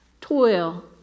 toil